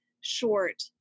short